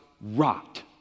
rot